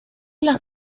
las